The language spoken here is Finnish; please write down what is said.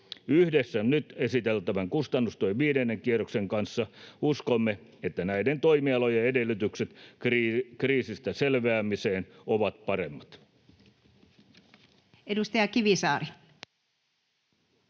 Yhdessä nyt esiteltävän kustannustuen viidennen kierroksen kanssa uskomme, että näiden toimialojen edellytykset kriisistä selviämiseen ovat paremmat.